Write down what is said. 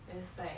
it's like